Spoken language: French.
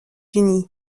unis